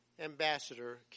ambassador